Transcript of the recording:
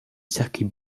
circuit